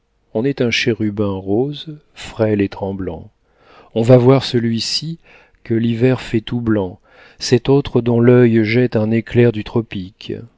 on est un chérubin rose frêle et tremblant on va voir celui-ci que l'hiver fait tout blanc cet autre dont l'œil jette un éclair du tropique